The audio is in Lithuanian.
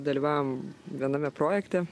dalyvavom viename projekte